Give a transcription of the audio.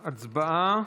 להצבעה.